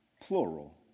plural